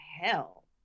hell